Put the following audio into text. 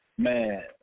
Man